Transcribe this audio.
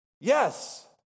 Yes